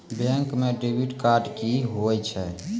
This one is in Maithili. बैंक म डेबिट कार्ड की होय छै?